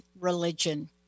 religion